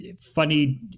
funny